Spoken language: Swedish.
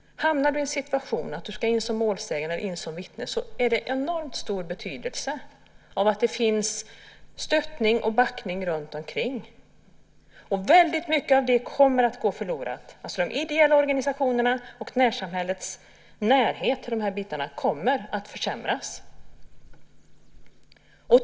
Hamnar du i en situation där du ska in som målsägande eller vittne är det av enormt stor betydelse att det finns stöd och uppbackning runtomkring. Väldigt mycket av det kommer att gå förlorat. De ideella organisationernas och närsamhällets närhet kommer att försämras.